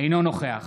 אינו נוכח